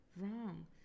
wrong